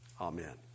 Amen